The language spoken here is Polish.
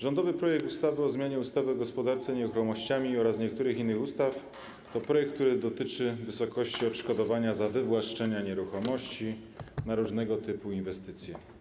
Rządowy projekt ustawy o zmianie ustawy o gospodarce nieruchomościami oraz niektórych innych ustaw to projekt, który dotyczy wysokości odszkodowania za wywłaszczenia nieruchomości na różnego typu inwestycje.